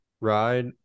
ride